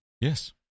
Yes